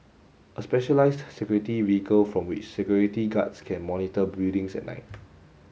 a specialised security vehicle from which security guards can monitor buildings at night